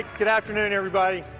good afternoon everybody.